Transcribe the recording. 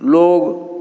लोक